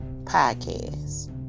podcast